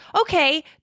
okay